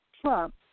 Trump